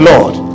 Lord